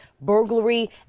burglary